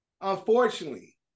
Unfortunately